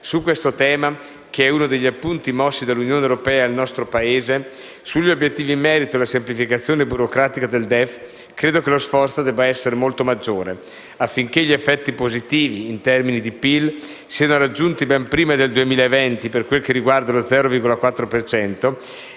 Su questo tema, che è uno degli appunti mossi dall'Unione europea al nostro Paese, sugli obiettivi in merito alla semplificazione burocratica del DEF, credo che lo sforzo debba essere molto maggiore, affinché gli effetti positivi, in termini di PIL, siano raggiunti ben prima del 2020 per quel che riguarda lo 0,4